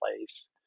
place